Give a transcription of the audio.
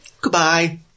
Goodbye